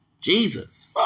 Jesus